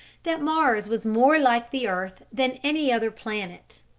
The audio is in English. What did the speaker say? that mars was more like the earth than any other planet.